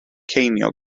ceiniog